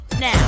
Now